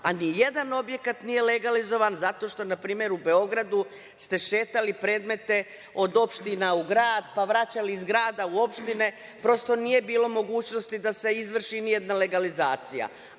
a ni jedan objekat nije legalizovan zato što na primer u Beogradu ste šetali predmete od opština u grad, pa vraćali iz grada u opštine, prosto nije bilo mogućnosti da se izvrši ni jedna legalizacija,